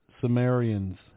Sumerians